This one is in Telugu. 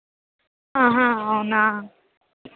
అవునా